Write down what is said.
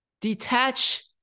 Detach